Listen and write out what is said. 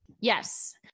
Yes